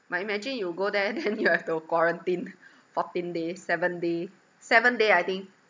but imagine you go there then you have to quarantine fourteen days seven day seven day I think